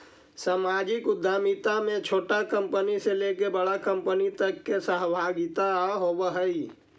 सामाजिक उद्यमिता में छोटा कंपनी से लेके बड़ा कंपनी तक के सहभागिता होवऽ हई